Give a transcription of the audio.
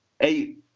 eight